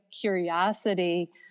curiosity